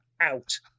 out